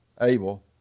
Abel